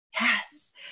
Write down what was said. Yes